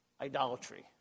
idolatry